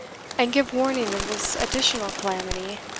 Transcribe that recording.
and give warning of this additional calamity.